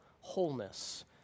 wholeness